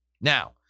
Now